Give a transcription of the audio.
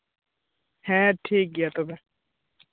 ᱦᱮᱸ ᱴᱷᱤᱠ ᱜᱮᱭᱟ ᱛᱚᱵᱮ